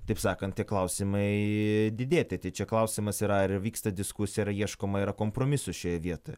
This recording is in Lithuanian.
taip sakant tie klausimai didėti tai čia klausimas yra ar vyksta diskusija ar ieškoma yra kompromisų šioje vietoje